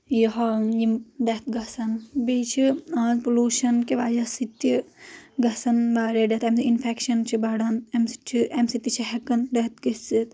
یہِ ہا یِم دیتھ گژھان بییٚہِ چھِ پلوشن کہِ وجہہ سۭتۍ تہِ گژھن واریاہ ڈیتھ امہِ سۭتۍ انفیٚکشن چھُ بڑان امہِ سۭتۍ چھُ امہِ سۭتۍ تہِ چھِ ہیٚکان ڈیتھ گٔژھِتھ